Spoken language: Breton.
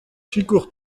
sikour